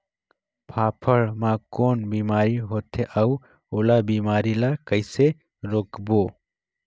फाफण मा कौन बीमारी होथे अउ ओला बीमारी ला कइसे रोकबो?